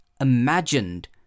imagined